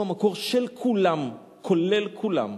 הוא המקור של כולם, כולל כולם.